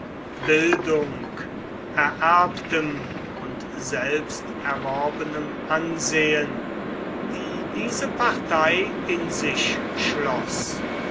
bildung ererbtem und selbsterworbenem ansehen die diese partei in sich schloß